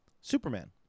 Superman